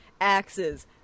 axes